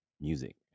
music